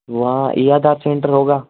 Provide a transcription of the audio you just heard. वहाँ ये आधार सेंटर होगा